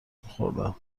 میخوردم